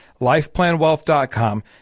lifeplanwealth.com